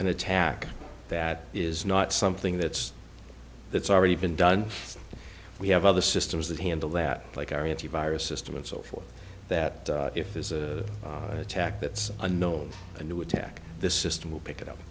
an attack that is not something that's that's already been done we have other systems that handle that like our antivirus system and so forth that if there's a attack that's unknown a new attack the system will pick it up